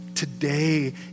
Today